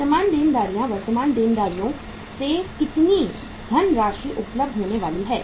वर्तमान देनदारियां वर्तमान देनदारियों से कितनी धनराशि उपलब्ध होने वाली हैं